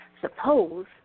Suppose